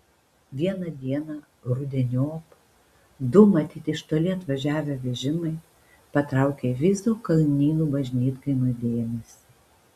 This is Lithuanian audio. vieną dieną rudeniop du matyt iš toli atvažiavę vežimai patraukė viso kalnynų bažnytkaimio dėmesį